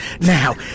now